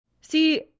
see